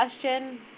question